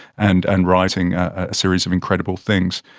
and and writing a series of incredible things.